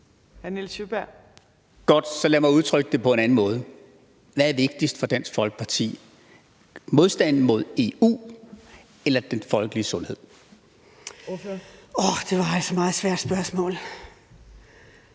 Nils Sjøberg (RV): Godt, så lad mig udtrykke det på en anden måde. Hvad er vigtigst for Dansk Folkeparti: modstanden mod EU eller den folkelige sundhed? Kl. 15:38 Fjerde næstformand